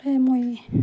সেয়ে মই